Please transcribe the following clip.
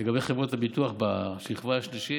לגבי חברות הביטוח בשכבה השלישית,